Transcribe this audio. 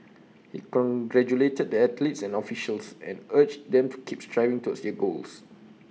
he congratulated the athletes and officials and urged them to keep striving towards their goals